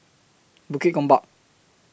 Bukit Gombak